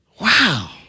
Wow